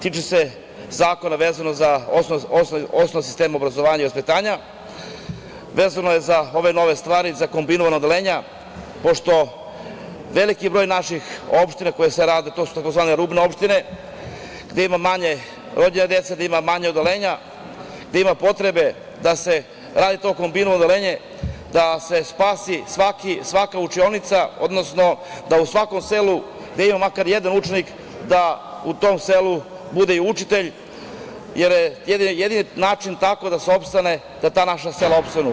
Tiče se zakona koji je vezan za osnove sistema obrazovanja i vaspitanja, vezano je za ove nove stvari, za kombinovana odeljenja, pošto veliki broj naših opština, a to su tzv. rubne opštine, gde ima manje rođene dece, manje odeljenja, gde ima potrebe da se radi to kombinovano odeljenje, da se spasi svaka učionica, da u svakom selu gde ima jedan makar učenik, da u tom selu, bude i učitelj, jer je jedini način da se tako opstane, da ta naša sela opstanu.